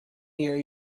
year